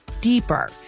deeper